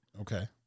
okay